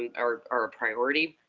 and our our priority.